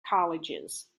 colleges